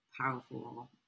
powerful